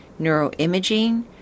neuroimaging